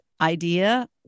idea